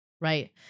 right